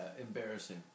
embarrassing